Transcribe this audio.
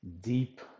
deep